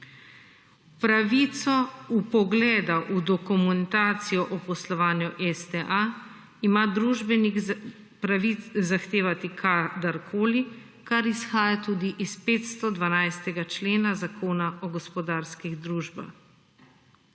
Pravico vpogleda v dokumentacijo o poslovanju STA ima družbenik zahtevati kadarkoli kar izhaja tudi iz 512. člena Zakona o gospodarskih družbah.